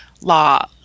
law